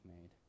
made